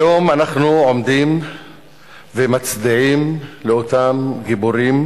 היום אנחנו עומדים ומצדיעים לאותם גיבורים